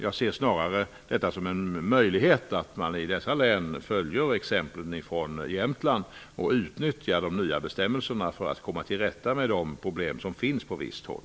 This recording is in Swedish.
Jag ser snarare detta som en möjlighet för dessa län att följa exemplen från Jämtland och utnyttja de nya bestämmelserna för att komma till rätta med de problem som finns på vissa håll.